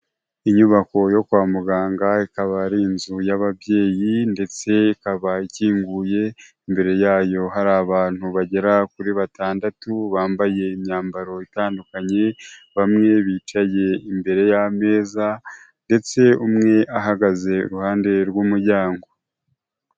Inyubako yo kwa muganga ikaba ari inzu y'ababyeyi ndetse ikaba ikinguye imbere yayo hari abantu bagera kuri batandatu bambaye imyambaro itandukanye bamwe bicaye imbere y'ameza ndetse umwe ahagaze iruhande rw'umuryango.